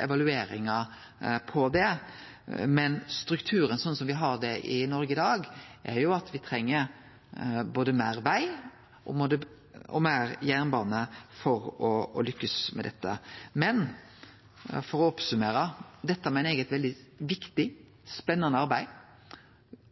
evalueringar av det. Men strukturen slik han er i Noreg i dag, er at me treng både meir veg og meir jernbane for å lykkast med dette. For å summere opp: Dette meiner eg er eit veldig viktig og spennande arbeid,